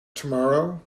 tomorrow